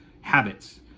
habits